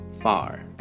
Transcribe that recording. far